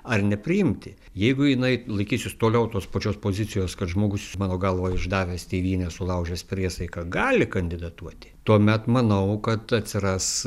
ar nepriimti jeigu jinai laikysis toliau tos pačios pozicijos kad žmogus mano galva išdavęs tėvynę sulaužęs priesaiką gali kandidatuoti tuomet manau kad atsiras